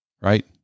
right